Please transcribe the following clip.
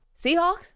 Seahawks